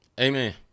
amen